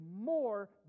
more